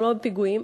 לא בפיגועים,